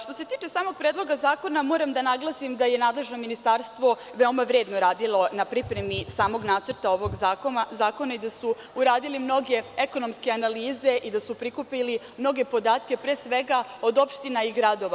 Što se tiče samog Predloga zakona moram da naglasim da je nadležno ministarstvo veoma vredno radilo na pripremi samog nacrta ovog zakona i da su uradili mnoge ekonomske analize i da su prikupili mnoge podatke, pre svega, od opština i gradova.